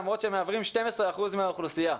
למרות שהם מהווים 12% מן האוכלוסייה.